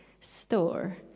store